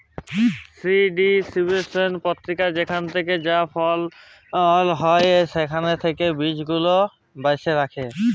seed saving ইকট পক্রিয়া যেখালে যা ফসল ফলল হ্যয় সেখাল থ্যাকে বীজগুলা বাছে রাখা